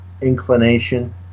inclination